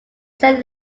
saint